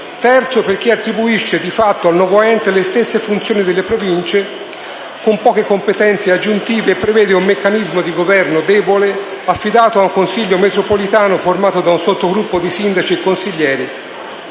Infine, attribuisce di fatto al nuovo ente le stesse funzioni delle Province, con poche competenze aggiuntive e prevede un meccanismo di governo debole affidato a un Consiglio metropolitano formato da un sottogruppo di sindaci e consiglieri